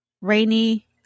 rainy